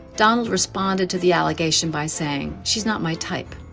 donald responded to the allegation by saying, she's not my type,